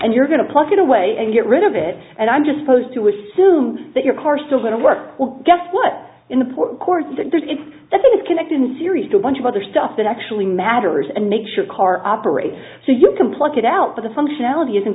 and you're going to pluck it away and get rid of it and i'm just supposed to assume that your car still going to work well guess what in the port of course it's the connected in series to a bunch of other stuff that actually matters and make sure car operates so you can pluck it out but the functionality isn't